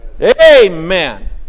Amen